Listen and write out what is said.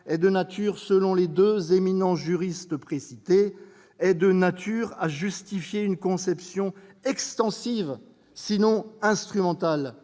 est de nature, selon les deux éminents juristes précités, à justifier une conception extensive, sinon instrumentale